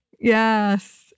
Yes